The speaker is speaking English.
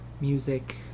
music